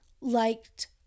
liked